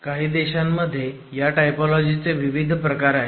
काही देशांमध्ये ह्या टायपोलॉजीचे विविध प्रकार आहेत